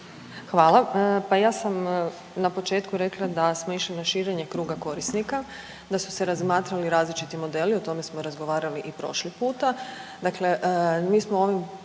Hvala. Pa ja sam na početku rekla da smo išli na širenje kruga korisnika, da su se razmatrali različiti modeli, o tome smo razgovarali i prošli puta,